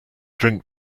drink